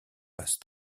passe